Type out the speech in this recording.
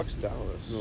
Dallas